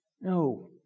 No